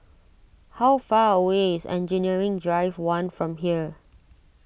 how far away is Engineering Drive one from here